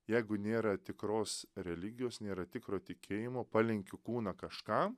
jeigu nėra tikros religijos nėra tikro tikėjimo palenkiu kūną kažkam